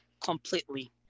completely